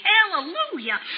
Hallelujah